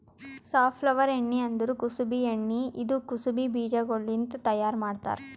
safflower ಎಣ್ಣಿ ಅಂದುರ್ ಕುಸುಬಿ ಎಣ್ಣಿ ಇದು ಕುಸುಬಿ ಬೀಜಗೊಳ್ಲಿಂತ್ ತೈಯಾರ್ ಮಾಡ್ತಾರ್